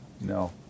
No